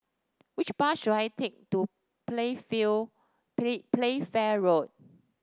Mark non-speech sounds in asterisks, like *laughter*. which bus should I take to *unintelligible* Playfair Road